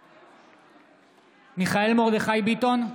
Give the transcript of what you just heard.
בעד מיכאל מרדכי ביטון,